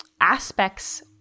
aspects